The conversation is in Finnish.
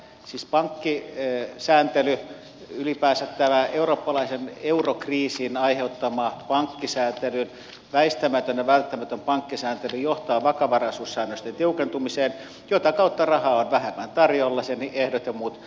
siis pankkisääntely ylipäänsä tämä eurooppalaisen eurokriisin aiheuttama pankkisääntely väistämätön ja välttämätön pankkisääntely johtaa vakavaraisuussäännösten tiukentumiseen jota kautta rahaa on vähemmän tarjolla sen ehdot ja muut kasvavat